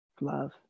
love